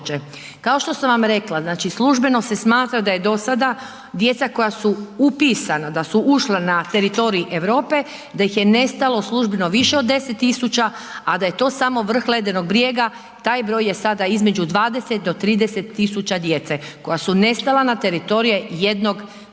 Kao što sam vam rekla, znači službeno se smatra da je dosada djeca koja su upisana da su ušla na teritorij Europe da ih je nestalo službeno više od 10 000, a da je to samo vrh ledenog brijega, taj broj je sada između 20 do 30 000 djece koja su nestala na teritoriju jednog kontinenta